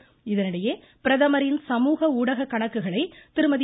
பிரதமர் இதனிடையே பிரதமரின் சமூக ஊடக கணக்குகளை திருமதி